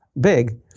big